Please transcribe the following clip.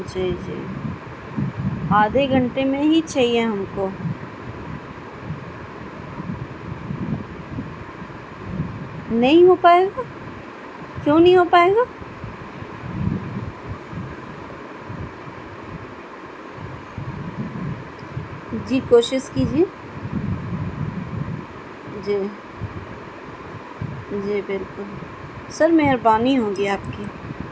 جی جی آدھے گھنٹے میں ہی چاہیے ہم کو نہیں ہو پائے گا کیوں نہیں ہو پائے گا جی کوشش کیجیے جو جی بالکل سر مہربانی ہوگی آپ کی